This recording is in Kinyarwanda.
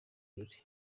birori